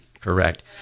correct